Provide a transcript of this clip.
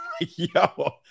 Yo